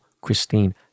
Christine